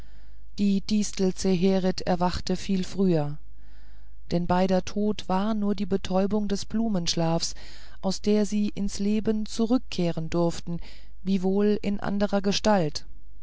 die distel zeherit er wachte viel früher denn beider tod war nur die betäubung des blumenschlafs aus der sie ins leben zurückkehren durften wiewohl in anderer gestalt